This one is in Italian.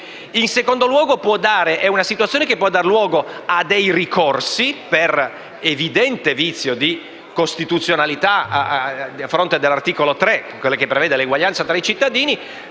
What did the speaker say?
In secondo luogo, la situazione può dare luogo a dei ricorsi per evidente vizio di costituzionalità a fronte dell'articolo 3 della Costituzione, che prevede l'eguaglianza tra i cittadini